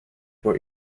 were